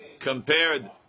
compared